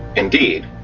indeed,